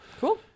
Cool